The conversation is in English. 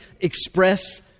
express